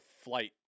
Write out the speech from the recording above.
flight